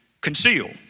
conceal